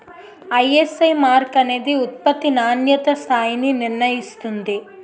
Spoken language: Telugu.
ఐఎస్ఐ మార్క్ అనేది ఉత్పత్తి నాణ్యతా స్థాయిని నిర్ణయిస్తుంది